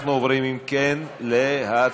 אם כן, אנחנו עוברים להצבעה.